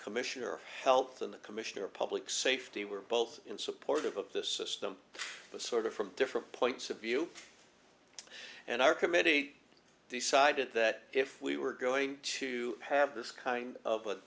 commissioner health in the commissioner of public safety were both in support of the system but sort of from different points of view and our committee decided that if we were going to have this kind of a